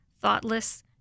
thoughtless